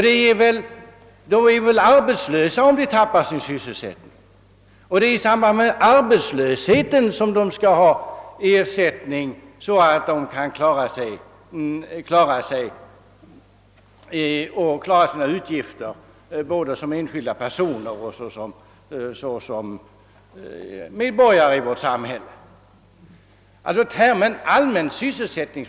De blir väl arbetslösa om de förlorar sin sysselsättning? Det är i samband med arbetslösheten som de skall ha ersättning så att de klarar sina utgifter både som enskilda personer och som medborgare i vårt samhälle.